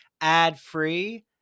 ad-free